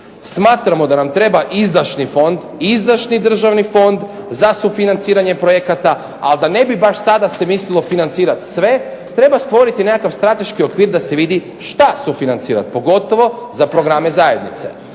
Smatramo da nam treba izdašni fond, izdašni državni fond za sufinanciranje projekata, ali da ne bi baš sada se mislilo financirati sve treba stvoriti nekakav strateški okvir da se vidi šta sufinancirati pogotovo za programe zajednice,